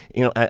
you know, ah